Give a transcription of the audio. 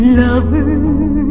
lover